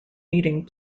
meeting